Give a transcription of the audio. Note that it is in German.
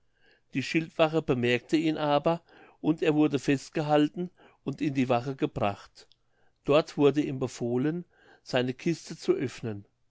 die schildwache bemerkte ihn aber und er wurde festgehalten und in die wache gebracht dort wurde ihm befohlen seine kiste zu öffnen